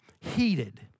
heated